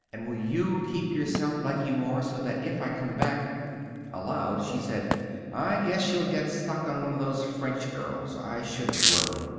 and will you keep yourself like you are so that if i come back aloud, she said i guess you'll get stuck on one of those french girls. i should worry!